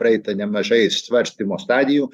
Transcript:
praeita nemažai svarstymo stadijų